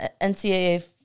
NCAA